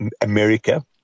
America